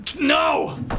No